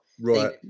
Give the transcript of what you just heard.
Right